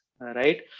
right